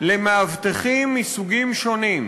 למאבטחים מסוגים שונים.